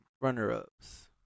runner-ups